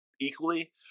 equally